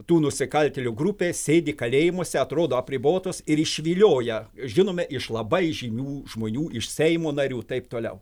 tų nusikaltėlių grupė sėdi kalėjimuose atrodo apribotos ir išvilioja žinome iš labai žymių žmonių iš seimo narių taip toliau